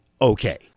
okay